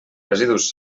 residus